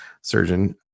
surgeon